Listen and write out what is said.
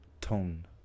tone